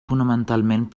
fonamentalment